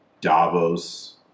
Davos